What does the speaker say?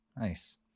nice